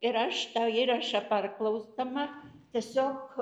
ir aš tą įrašą perklausdama tiesiog